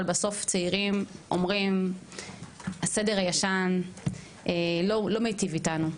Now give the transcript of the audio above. אבל בסוף צעירים אומרים: ׳הסדר הישן לא מיטיב איתנו,